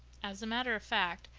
as a matter of fact,